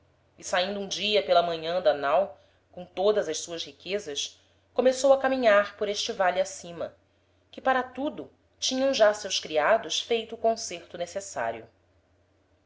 e saindo um dia pela manhan da nau com todas as suas riquezas começou a caminhar por este vale acima que para tudo tinham já seus criados feito o concerto necessario